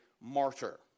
martyr